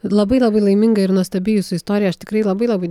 labai labai laiminga ir nuostabi jūsų istorija aš tikrai labai labai